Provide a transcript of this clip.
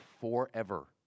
forever